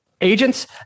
agents